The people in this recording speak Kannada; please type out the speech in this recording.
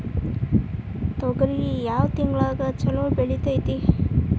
ತೊಗರಿ ಯಾವ ತಿಂಗಳದಾಗ ಛಲೋ ಬೆಳಿತೈತಿ?